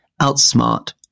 outsmart